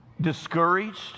discouraged